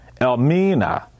Elmina